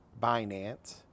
Binance